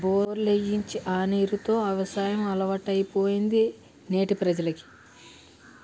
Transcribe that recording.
బోర్లు ఏయించి ఆ నీరు తో యవసాయం అలవాటైపోయింది నేటి ప్రజలకి